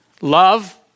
Love